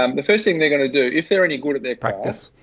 um the first thing they're going to do, if they're any good at their practice,